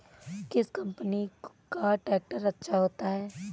किस कंपनी का ट्रैक्टर अच्छा होता है?